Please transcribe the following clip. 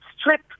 Strip